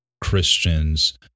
Christians